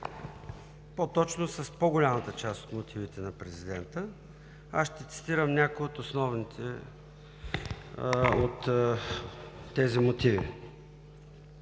по-точно с по-голямата част от мотивите на президента. Аз ще цитирам някои от тези мотиви: